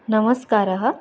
नमस्कारः